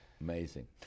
Amazing